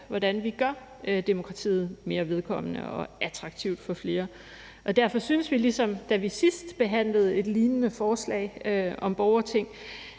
hvordan vi gør demokratiet mere vedkommende og attraktivt for flere, og derfor synes vi, ligesom da vi sidst behandlede et lignende forslag om borgerting,